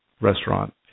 restaurant